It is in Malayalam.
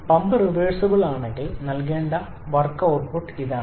പമ്പ് റിവേഴ്സിബിൾ ആണെങ്കിൽ നൽകേണ്ട വർക്ക് ഔട്ട്പുട്ട് ഇതാണ്